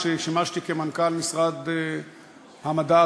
כששימשתי כמנכ"ל משרד המדע,